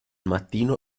mattino